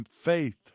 faith